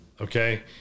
Okay